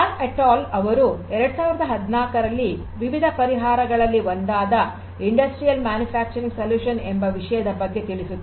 ತಾವ್ et al ಅವರು 2014 ರಲ್ಲಿ ವಿವಿಧ ಪರಿಹಾರಗಳಲ್ಲಿ ಒಂದಾದ ಕೈಗಾರಿಕಾ ಉತ್ಪಾದನಾ ಪರಿಹಾರ ಎಂಬ ವಿಷಯದ ಬಗ್ಗೆ ತಿಳಿಸುತ್ತಾರೆ